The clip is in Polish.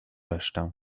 resztę